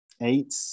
eight